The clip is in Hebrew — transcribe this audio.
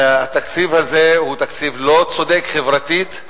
התקציב הזה הוא תקציב לא צודק חברתית,